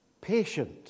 patient